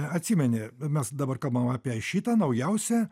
atsimeni mes dabar kalbam apie šitą naujausią